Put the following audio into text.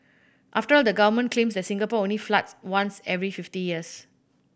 after all the government claims that Singapore only floods once every fifty years